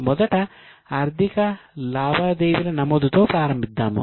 మొదట ఆర్థిక లావాదేవీల నమోదుతో ప్రారంభిద్దాము